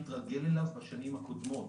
התרגל אליו בשנים הקודמות,